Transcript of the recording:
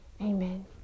Amen